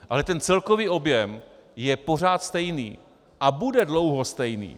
Ale ten celkový objem je pořád stejný a bude dlouho stejný.